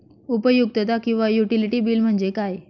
उपयुक्तता किंवा utility bill म्हणजे काय?